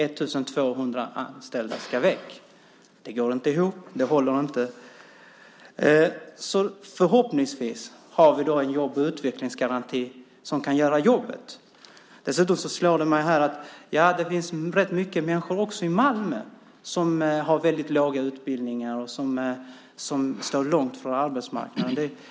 1 200 anställda ska väck. Det går inte ihop. Det håller inte. Förhoppningsvis har vi då en jobb och utvecklingsgaranti som kan göra jobbet. Det slår mig här att det finns rätt mycket människor också i Malmö som har väldigt låg utbildning och som står långt från arbetsmarknaden.